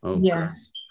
Yes